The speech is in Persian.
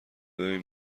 ببین